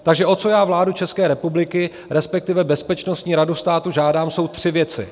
Takže o co já vládu České republiky, resp. Bezpečnostní radu státu žádám, jsou tři věci.